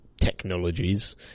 Technologies